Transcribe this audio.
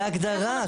בהגדרה.